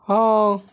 ହଁ